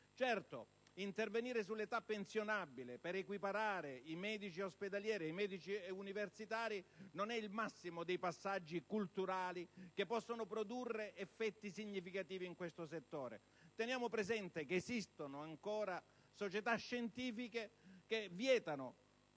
Certo, intervenire sull'età pensionabile per equiparare i medici ospedalieri e i medici universitari non è il massimo dei passaggi culturali che possono produrre effetti significativi in questo settore. Teniamo presente che esistono ancora società scientifiche che vietano,